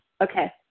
okay